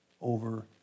over